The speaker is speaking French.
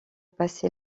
passé